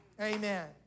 Amen